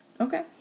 Okay